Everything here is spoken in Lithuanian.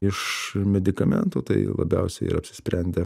iš medikamentų tai labiausiai yra apsisprendę